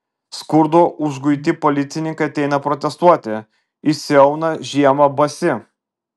skurdo išguiti policininkai ateina protestuoti išsiauna žiemą basi